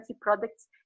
products